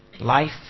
Life